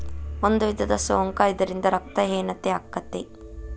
ಒಂದು ವಿಧದ ಸೊಂಕ ಇದರಿಂದ ರಕ್ತ ಹೇನತೆ ಅಕ್ಕತಿ